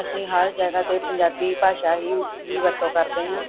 ਅਸੀਂ ਹਰ ਜਗ੍ਹਾ 'ਤੇ ਪੰਜਾਬੀ ਭਾਸ਼ਾ ਹੀ ਦੀ ਵਰਤੋਂ ਕਰਦੇ ਹਾਂ